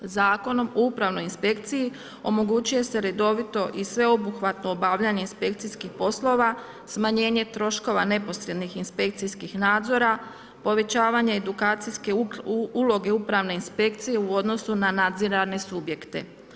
Zakonom o Upravnoj inspekciji omogućuje se redovito i sveobuhvatno obavljanje inspekcijskih poslova, smanjenje troškova neposrednih inspekcijskih nadzora, povećavanja edukacijske uloge Upravne inspekcije u odnosu na nadzirane subjekte.